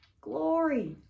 glory